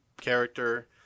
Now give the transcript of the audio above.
character